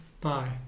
Bye